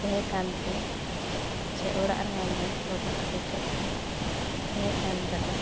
ᱛᱟᱦᱮᱸᱠᱟᱱᱛᱮ ᱥᱮ ᱚᱲᱟᱜ ᱨᱮᱦᱚᱸ ᱦᱟᱸᱰᱮ ᱜᱚᱜᱚ ᱛᱟᱠᱚ ᱴᱷᱮᱱ ᱛᱟᱦᱮᱸᱠᱟᱱ ᱨᱮᱫᱚ